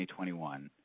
2021